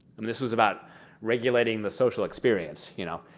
um this was about regulating the social experience, you know.